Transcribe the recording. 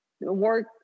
work